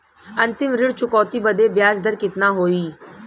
अंतिम ऋण चुकौती बदे ब्याज दर कितना होई?